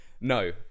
No